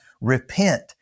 repent